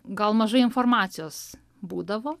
gal mažai informacijos būdavo